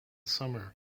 summer